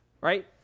Right